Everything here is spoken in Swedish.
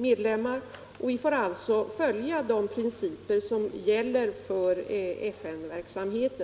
medlemmar av FN. Vi måste följa de principer som gäller för FN-verksamheten.